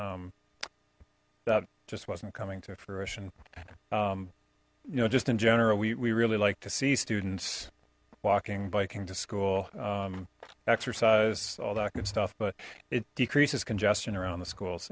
that just wasn't coming to fruition you know just in general we really like to see students walking biking to school exercise all that good stuff but it decreases congestion around the schools